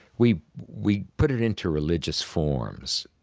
we we put it into religious forms.